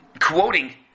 quoting